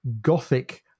gothic